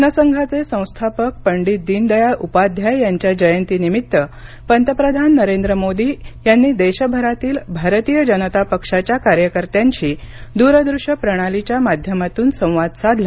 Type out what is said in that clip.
जनसंघाचे संस्थापक पंडीत दीनदयाळ उपाध्याय यांच्या जयंतीनिमित्त पंतप्रधान नरेंद्र मोदी यांनी देशभरातील भारतीय जनता पक्षाच्या कार्यकर्त्यांशी दूर्दृश्य प्रणालीच्या माध्यमातून संवाद साधला